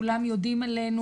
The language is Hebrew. כולם יודעים עלינו,